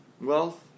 wealth